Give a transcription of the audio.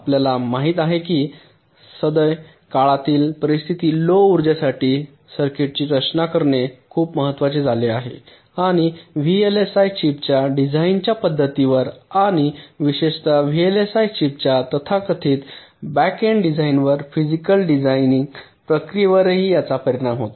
आपल्याला माहित आहे की सद्य काळातील परिस्थितीत लो उर्जासाठी सर्किटची रचना करणे खूप महत्वाचे झाले आहे आणि व्हीएलएसआय चीपच्या डिझाइनच्या पध्दतीवर आणि विशेषत व्हीएलएसआय चिप्सच्या तथाकथित बॅक एंड डिझाइनवर फिजिकल डिझाइन प्रक्रियेवरही याचा परिणाम होतो